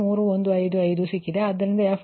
03155 ಸಿಕ್ಕಿದೆ